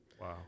Wow